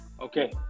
Okay